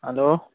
hello